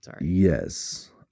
Yes